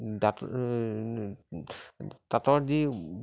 দাঁতৰ তাঁতৰ যি